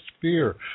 fear